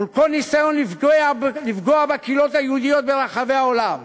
מול כל ניסיון לפגוע בקהילות היהודיות ברחבי העולם.